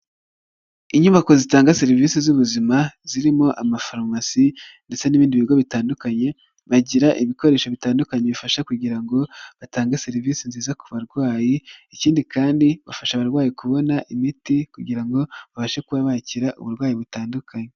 Inyubako zitanga serivisi z'ubuzima, zirimo amafarumasi ndetse n'ibindi bigo bitandukanye, bagira ibikoresho bitandukanye bifasha kugira ngo batange serivisi nziza ku barwayi, ikindi kandi bafasha abarwayi kubona imiti kugira ngo babashe kuba bakira uburwayi butandukanye.